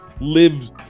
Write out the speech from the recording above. lives